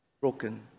broken